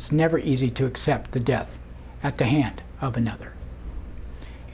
it's never easy to accept the death at the hand of another